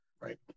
right